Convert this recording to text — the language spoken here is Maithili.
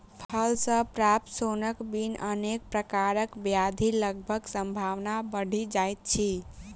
फल सॅ प्राप्त सोनक बिन अनेक प्रकारक ब्याधि लगबाक संभावना बढ़ि जाइत अछि